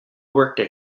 worked